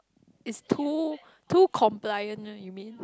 is too too compliant ah you mean